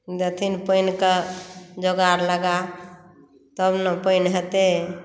दथिन पानिके जुगाड़ लगा तब ने पानि हेतै